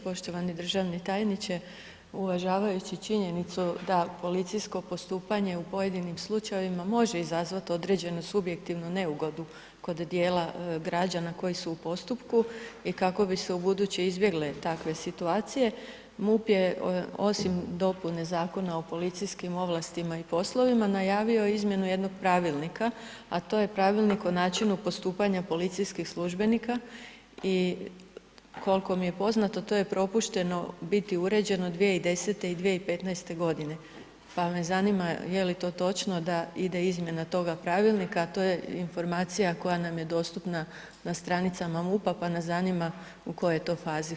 Poštovani državni tajniče, uvažavajući činjenicu da policijsko postupanje u pojedinim slučajevima može izazvati određeno subjektivnu neugodu kod dijela građana koji su u postupku i kako bi se ubuduće izbjegle takve situacije, MUP je osim dopune Zakona o policijskim ovlastima i poslovima najavio izmjenu jednog pravilnika, a to je Pravilnik o načinu postupanja policijskih službenika i koliko mi je poznato, to je propušteno biti uređeno 2010. i 2015. godine, pa me zanima, je li to točno da ide izmjena toga pravilnika, a to je informacija koja nam je dostupna na stranicama MUP-a pa nas zanima u kojoj je to fazi.